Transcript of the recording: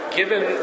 given